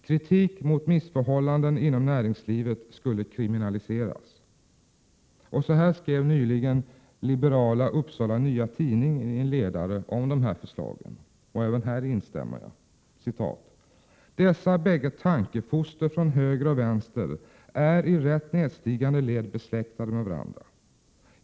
Kritik mot missförhållanden inom näringslivet skulle kriminaliseras. Så här skrev nyligen liberala Upsala Nya Tidning i en ledare om de här förslagen: ”Dessa bägge tankefoster från höger och vänster är i rätt nedstigande led besläktade med varandra.